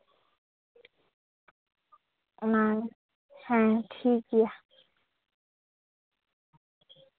ᱚᱱᱟ ᱦᱮᱸ ᱴᱷᱤᱠᱜᱮᱭᱟ